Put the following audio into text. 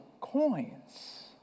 coins